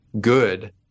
good